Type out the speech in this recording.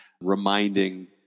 reminding